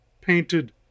painted